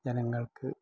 ജനങ്ങൾക്ക്